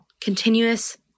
continuous